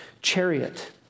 chariot